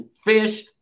fish